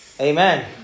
Amen